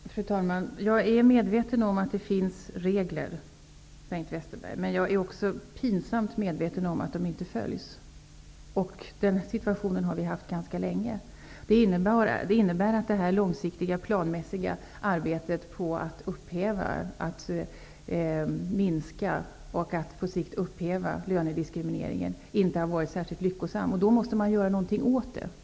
Fru talman! Jag är medveten om att det finns regler, Bengt Westerberg, men jag är också pinsamt medveten om att de inte följs. Den situationen har vi haft ganska länge. Det innebär att det långsiktiga planmässiga arbetet för att minska och på sikt upphäva lönediskrimineringen inte har varit särskilt lyckosamt. Då måste man göra någonting åt den.